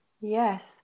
Yes